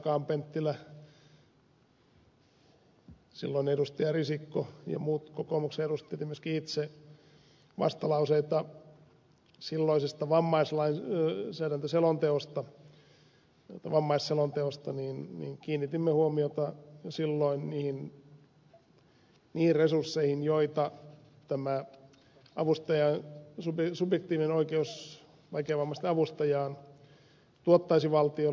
akaan penttilä silloinen edustaja risikko ja muut kokoomuksen edustajat ja myöskin itse vastalauseita silloisesta vammaislainsäädäntöselonteosta vammaisselonteosta ja kiinnitimme huomiota silloin niihin resursseihin joita tämä subjektiivinen oikeus vaikeavammaisten avustajaan tuottaisi valtiolle